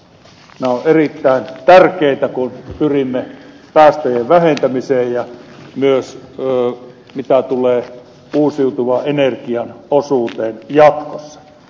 ne ovat erittäin tärkeitä kun pyrimme päästöjen vähentämiseen ja myös mitä tulee uusiutuvan energian osuuteen jatkossa